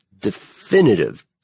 definitive